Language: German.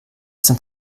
zum